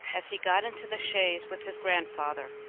as he got into the chaise with his grandfather.